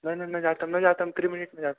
न न न जातं न जातं त्रि मिनिट् न जातं